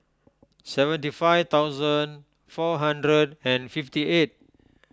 seventy five thousand four hundred and fifty eight